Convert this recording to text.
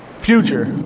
future